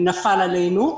שנפל עלינו.